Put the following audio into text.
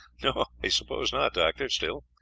no, i suppose not, doctor. still,